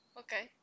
okay